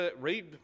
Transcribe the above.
read